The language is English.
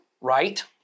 right